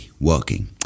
working